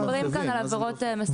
אנחנו מדברים כאן על עבירות מסכנות חיים.